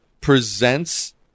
presents